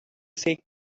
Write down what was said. say